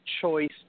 choice